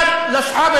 תכריעו איפה